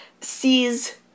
sees